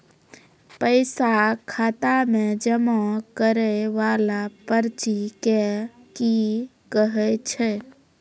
पैसा खाता मे जमा करैय वाला पर्ची के की कहेय छै?